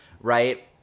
right